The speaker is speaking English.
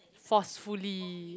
forcefully